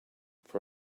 for